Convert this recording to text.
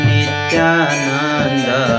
Nityananda